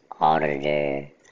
auditor